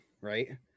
right